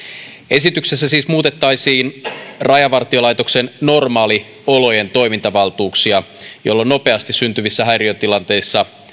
esityksessä siis muutettaisiin rajavartiolaitoksen normaaliolojen toimintavaltuuksia jolloin nopeasti syntyvissä häiriötilanteissa